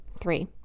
three